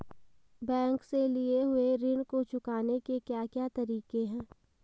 Bank से लिए हुए ऋण को चुकाने के क्या क्या तरीके हैं?